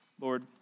Lord